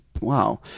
Wow